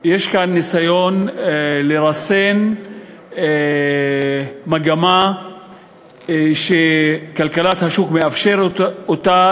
יש כאן ניסיון לרסן מגמה שכלכלת השוק מאפשרת אותה,